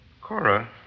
Cora